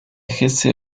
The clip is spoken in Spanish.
hesse